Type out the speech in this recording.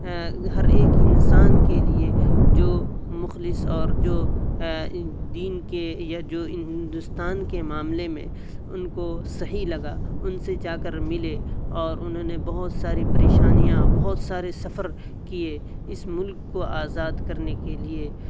ہر ایک انسان کے لیے جو مخلص اور جو دین کے یا جو ہندوستان کے معاملے میں ان کو صحیح لگا ان سے جا کر ملے اور انہوں نے بہت ساری پریشانیاں بہت سارے سفر کیے اس ملک کو آزاد کرنے کے لیے